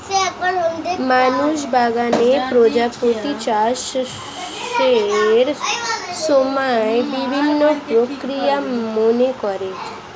মানুষ বাগানে প্রজাপতির চাষের সময় বিভিন্ন প্রক্রিয়া মেনে করে